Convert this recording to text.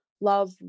love